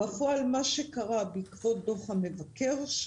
בעקבות דוח המבקר,